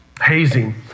hazing